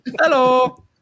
Hello